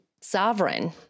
sovereign